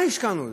מה השקענו בזה?